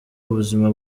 ubuzima